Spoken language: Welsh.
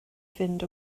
fynd